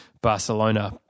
Barcelona